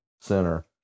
center